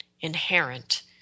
inherent